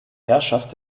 herrschaft